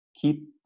Keep